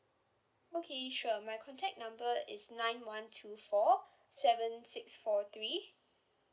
okay sure my contact number is nine one two four seven six four three